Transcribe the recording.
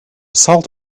salt